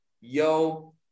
Yo